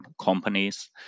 companies